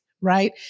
Right